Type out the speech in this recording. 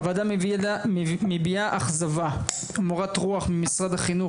הוועדה מביעה אכזבה ומורת רוח ממשרד החינוך,